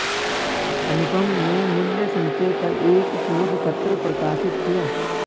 अनुपम ने मूल्य संचय पर एक शोध पत्र प्रकाशित किया